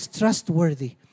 trustworthy